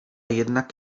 jednak